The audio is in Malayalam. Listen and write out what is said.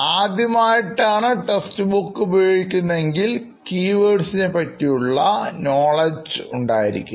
ആദ്യമായിട്ടാണ് ടെസ്റ്റ് ബുക്ക് ഉപയോഗിക്കുന്ന എങ്കിൽ കീവേഡുകൾ പറ്റിയുള്ള വിവരം ഉണ്ടായിരിക്കില്ല